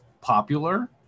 popular